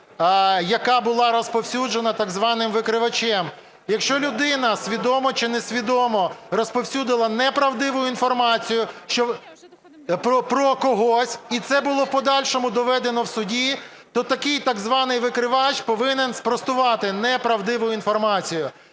яка була розповсюджена так званим викривачем. Якщо людина свідомо чи несвідомо розповсюдила неправдиву інформацію про когось і це було в подальшому доведено в суді, то такий так званий викривач повинен спростувати неправдиву інформацію.